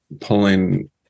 pulling